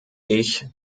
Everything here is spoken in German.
ich